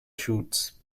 shoots